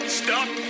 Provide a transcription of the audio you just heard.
stop